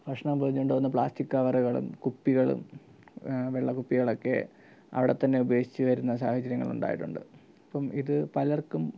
ഭക്ഷണം പൊതിഞ്ഞുകൊണ്ടുപോകുന്ന പ്ലാസ്റ്റിക് കവറുകളും കുപ്പികളും വെള്ളകുപ്പികളൊക്കെ അവിടെത്തന്നെ ഉപേക്ഷിച്ച് വരുന്ന സാഹചര്യങ്ങൾ ഉണ്ടായിട്ടുണ്ട് അപ്പം ഇത് പലർക്കും